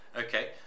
Okay